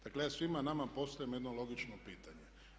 Dakle, ja svima nama postavljam jedno logično pitanje.